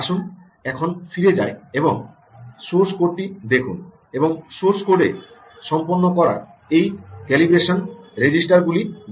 আসুন এখন ফিরে যাই এবং সোর্স কোডটি দেখুন এবং সোর্স কোডে সম্পন্ন করা এই ক্যালিব্রেশন রেজিস্টারগুলি দেখুন